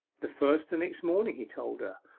the first the next morning, he told her,